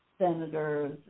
senators